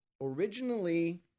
Originally